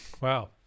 Wow